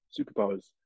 superpowers